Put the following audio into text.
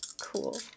Cool